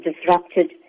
disrupted